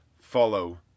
follow